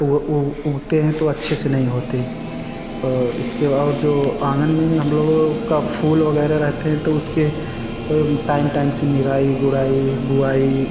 वह वह उगते हैं तो अच्छे से नहीं होते इसके बाद जो आंगन में हम लोगों का फूल वगैरह रहते हैं तो उसके टाइम टाइम से निराई गुड़ाई बुवाई